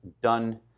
done